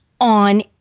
on